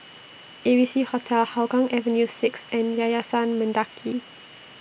A B C Hostel Hougang Avenue six and Yayasan Mendaki